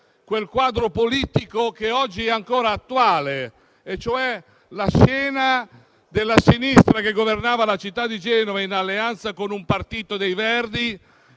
quel quadro politico che ancora oggi è attuale. Mi riferisco a una sinistra che governava la città di Genova in alleanza con un partito dei Verdi,